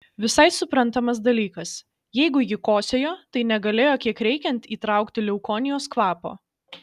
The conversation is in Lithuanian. visai suprantamas dalykas jeigu ji kosėjo tai negalėjo kiek reikiant įtraukti leukonijos kvapo